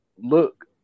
look